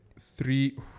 Three